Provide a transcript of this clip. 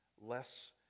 less